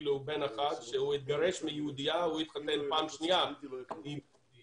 ואפילו בן אחד שהתגרש מיהודייה הוא התחתן פעם שנייה עם יהודייה.